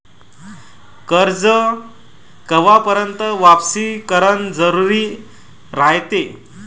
कर्ज कवापर्यंत वापिस करन जरुरी रायते?